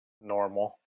normal